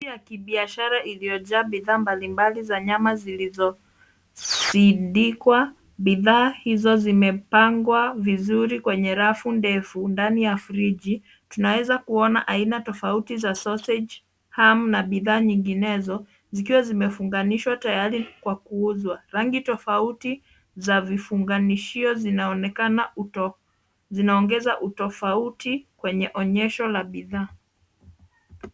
Friji ya kibiashara iliyojaa bidhaa mbalimbali za nyama zilizosindikwa. Bidhaa hizo zimepangwa vizuri kwenye rafu ndefu ndani ya friji. Tunaweza kuona aina tofauti za sausage, ham na bidhaa nyinginezo zikiwa zimefunganishwa tayari kwa kuuzwa. Rangi tofauti za vifunganishio zinaonekana. Zinaongeza utofauti kwenye onyesho la bidhaa.